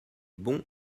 bons